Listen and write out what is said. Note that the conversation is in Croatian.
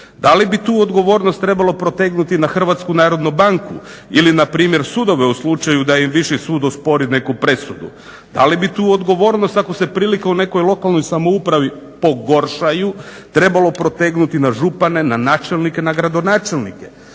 Da li bi tu odgovornost trebalo protegnuti na Hrvatsku narodnu banku ili na primjer sudove u slučaju da im viši sud ospori neku presudu. Da li bi tu odgovornost ali bi tu odgovornost ako se prilike u nekoj lokalnoj samoupravi pogoršaju trebalo protegnuti na župane, na načelnike, na gradonačelnike.